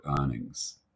earnings